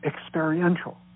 experiential